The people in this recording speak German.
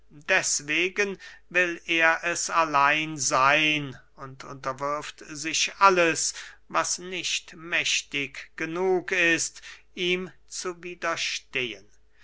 deswegen will er es allein seyn und unterwirft sich alles was nicht mächtig genug ist ihm zu widerstehen